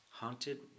haunted